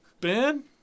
Ben